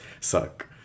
suck